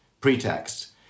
pretext